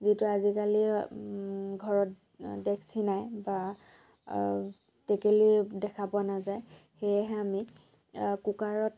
যিটো আজিকালি ঘৰত ডেক্সী নাই বা টেকেলী দেখা পোৱা নাযায় সেয়েহে আমি কুকাৰত